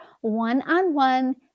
one-on-one